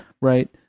right